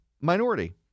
minority